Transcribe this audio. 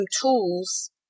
tools